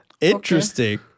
Interesting